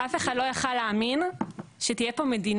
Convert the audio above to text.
אף אחד לא יכול היה להאמין שתהיה פה מדינה.